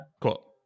Cool